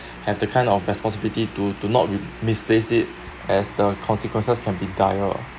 have the kind of responsibility to to not misplace it as the consequences can be dire